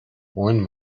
moin